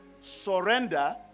surrender